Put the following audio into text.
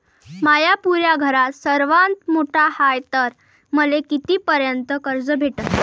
म्या पुऱ्या घरात सर्वांत मोठा हाय तर मले किती पर्यंत कर्ज भेटन?